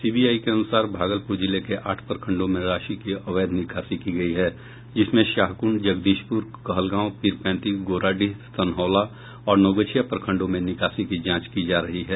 CBI के अनुसार भागलपुर जिले के आठ प्रखण्डों में राशि की अवैध निकासी की गयी है जिसमें शाहकुंड जगदीशपुर कहलगांव पिरपैंती गोराडीह सन्हौला और नवगछिया प्रखण्डों में निकासी की जांच की जा रही है